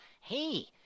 Hey